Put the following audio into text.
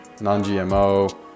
non-GMO